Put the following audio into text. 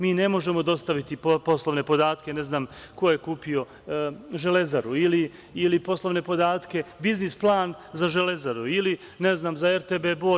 Mi ne možemo dostaviti poslovne podatke, ne znam, ko je kupio Železaru ili poslovne podatke, biznis-plan za Železaru, ili, ne znam, za RTB Bor.